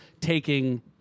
taking